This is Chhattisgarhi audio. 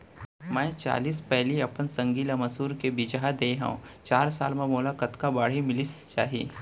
मैं चालीस पैली अपन संगी ल मसूर के बीजहा दे हव चार साल म मोला कतका बाड़ही मिलिस जाही?